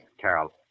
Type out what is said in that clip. Carol